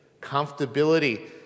comfortability